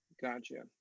Gotcha